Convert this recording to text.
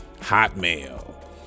hotmail